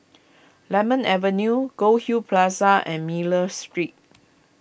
Lemon Avenue Goldhill Plaza and Miller Street